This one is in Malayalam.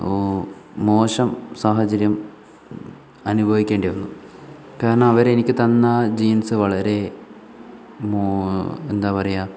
ഊ മോശം സാഹചര്യം അനുഭവിക്കേണ്ടി വന്നു കാരണം അവരെനിക്ക് തന്ന ജീൻസ് വളരെ മോ എന്താ പറയുക